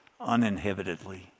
uninhibitedly